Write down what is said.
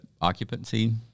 occupancy